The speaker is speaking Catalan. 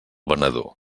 venedor